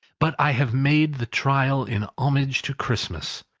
but i have made the trial in homage to christmas,